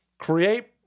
Create